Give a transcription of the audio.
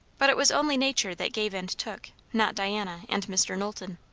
but it was only nature that gave and took not diana and mr. knowlton.